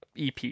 EP